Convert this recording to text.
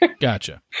Gotcha